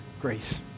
grace